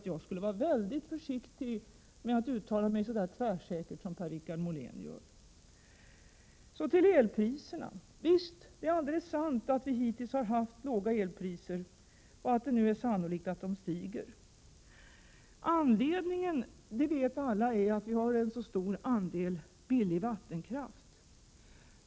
Jag skulle vara mycket försiktig med att uttala mig så tvärsäkert som Per-Richard Molén gör. Så till elpriserna: Det är alldeles sant att vi hittills har haft låga elpriser och att det är sannolikt att de nu kommer att stiga. Alla vet att anledningen till de låga elpriserna är att vi har en så stor andel billig vattenkraft.